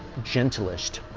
gentlest